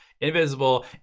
invisible